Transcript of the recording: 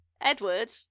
Edward